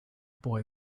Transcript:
boy